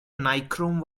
nichrome